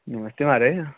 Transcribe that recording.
नमस्ते म्हाराज